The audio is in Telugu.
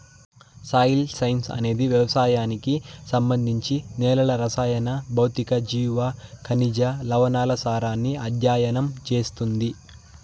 సాయిల్ సైన్స్ అనేది వ్యవసాయానికి సంబంధించి నేలల రసాయన, భౌతిక, జీవ, ఖనిజ, లవణాల సారాన్ని అధ్యయనం చేస్తుంది